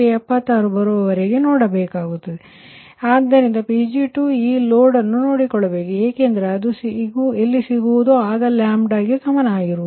76 ಬರುವವರೆಗೆ ನೋಡಬೇಕಾಗಿದೆ ಆದ್ದರಿಂದ Pg2 ಈ ಲೋಡ್ ನ್ನು ನೋಡಿಕೊಳ್ಳಬೇಕು ಏಕೆಂದರೆ ಅದು ಎಲ್ಲಿ ಸಿಗುವುದೋ ಆಗ ಗೆ ಸಮಾನ ಆಗಿರುವುದು